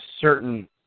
certain